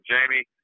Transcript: Jamie